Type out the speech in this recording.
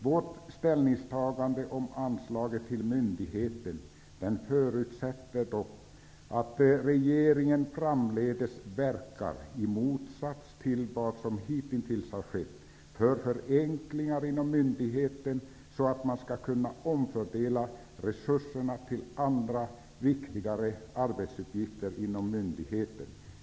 Vårt ställningstagande om anslaget till myndigheten förutsätter dock att regeringen framdeles -- i motsats till vad som hittills har skett -- verkar för förenklingar inom myndigheten, så att man kan omfördela resurserna till andra och viktigare arbetsuppgifter inom myndigheten.